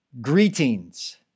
Greetings